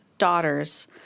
daughters